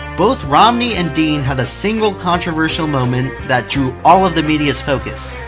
both romney and dean had a single controversial moment, that drew all of the media's focus.